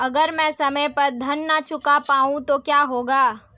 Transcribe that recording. अगर म ैं समय पर ऋण न चुका पाउँ तो क्या होगा?